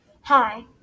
Hi